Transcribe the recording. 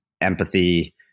empathy